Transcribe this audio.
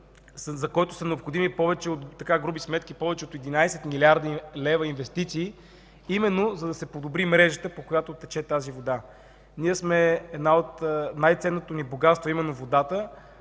сметки са необходими повече от 11 млрд. лв. инвестиции, именно за да се подобри мрежата, по която тече тази вода. Едно от най-ценните ни богатства е именно водата,